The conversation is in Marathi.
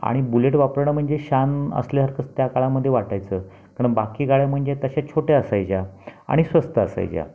आणि बुलेट वापरणं म्हणजे शान असल्यासारखंच त्या काळामध्ये वाटायचं कारण बाकी गाड्या म्हणजे तश्या छोट्या असायच्या आणि स्वस्त असायच्या